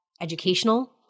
educational